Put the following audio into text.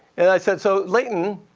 and i said, so leighton,